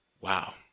Wow